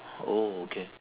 oh okay